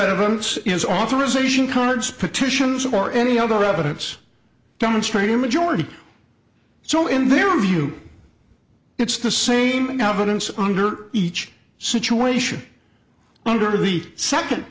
evidence is authorisation cards petitions or any other evidence demonstrating a majority so in their view it's the same governance under each situation under the second